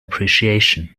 appreciation